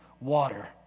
water